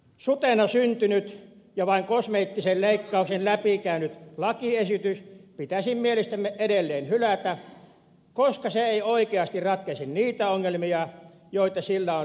sutena syntynyt ja vain kosmeettisen leikkauksen läpikäynyt lakiesitys pitäisi mielestämme edelleen hylätä koska se ei oikeasti ratkaise niitä ongelmia joita sillä on lähdetty ratkomaan